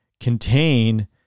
contain